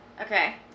Okay